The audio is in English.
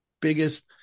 biggest